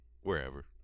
wherever